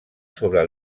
sobre